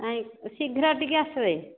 ନାହିଁ ଶୀଘ୍ର ଟିକେ ଆସିବେ